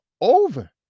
over